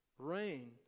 rain